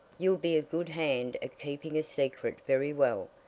you'll be a good hand at keeping a secret very well.